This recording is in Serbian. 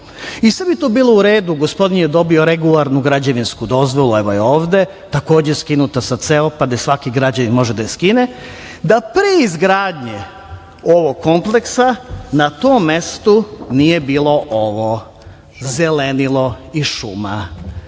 Sve bi to bilo uredu, gospodin je dobio regularnu građevinsku dozvolu, evo je ovde, takođe skinuta sa CEOP-a gde svaki građanin može da je skine, da pre izgradnje ovog kompleksa na tom mestu nije bilo ovo – zelenilo i